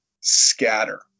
scatter